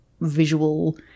visual